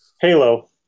Halo